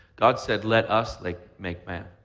god said let us like make man.